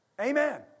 Amen